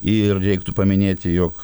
ir reiktų paminėti jog